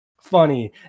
funny